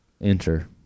Enter